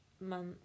month